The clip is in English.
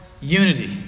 unity